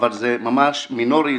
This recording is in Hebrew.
אבל זה ממש מינורי,